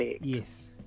Yes